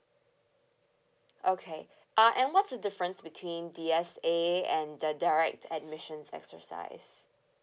okay uh and what's the difference between D_S_A and the direct admissions exercise